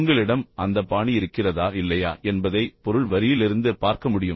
உங்களிடம் அந்த பாணி இருக்கிறதா இல்லையா என்பதை பொருள் வரியிலிருந்து பார்க்க முடியும்